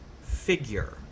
figure